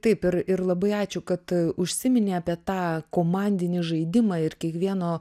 taip ir ir labai ačiū kad užsiminei apie tą komandinį žaidimą ir kiekvieno